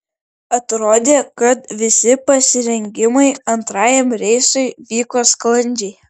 atrodė kad visi pasirengimai antrajam reisui vyko sklandžiai